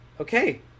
okay